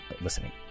listening